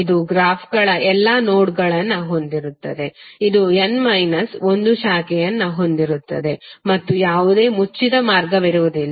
ಇದು ಗ್ರಾಫ್ಗಳ ಎಲ್ಲಾ ನೋಡ್ಗಳನ್ನು ಹೊಂದಿರುತ್ತದೆ ಇದು n ಮೈನಸ್ ಒಂದು ಶಾಖೆಯನ್ನು ಹೊಂದಿರುತ್ತದೆ ಮತ್ತು ಯಾವುದೇ ಮುಚ್ಚಿದ ಮಾರ್ಗವಿರುವುದಿಲ್ಲ